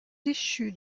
déchu